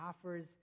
offers